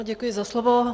Děkuji za slovo.